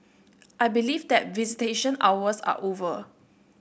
I believe that visitation hours are over